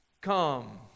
come